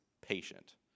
patient